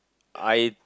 I